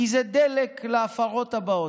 כי זה דלק להפרות הבאות.